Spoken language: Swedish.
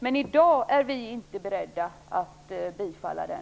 Men i dag är vi inte beredda att tillstyrka det.